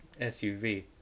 SUV